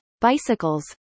bicycles